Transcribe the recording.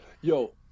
yo